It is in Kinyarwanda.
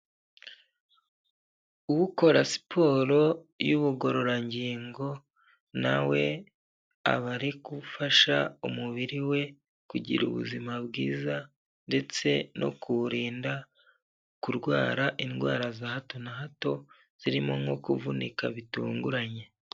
Ukora siporo y'ubugororangingo nawe aba ari gufasha umubiri we kugira ubuzima bwiza ndetse no kuwurinda kurwara indwara za hato na hato zirimo nko kuvunika bitunguranye.